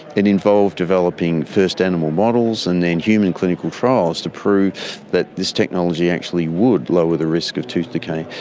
it involved developing first animal models and then human clinical trials to prove that this technology actually would lower the risk of tooth decay.